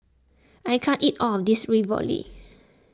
I can't eat all of this Ravioli